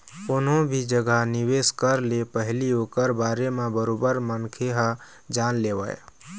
कोनो भी जघा निवेश करे ले पहिली ओखर बारे म बरोबर मनखे ह जान लेवय